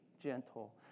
gentle